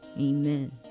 amen